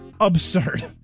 absurd